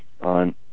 on